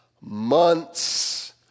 months